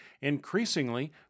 Increasingly